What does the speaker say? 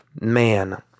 Man